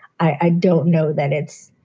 i don't know that it's.